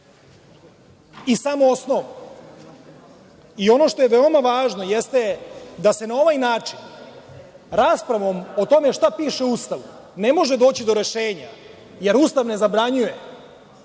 i samo osnovno. Ono što je veoma važno jeste da se na ovaj način raspravom o tome šta piše u Ustavu ne može doći do rešenja, jer Ustav ne zabranjuje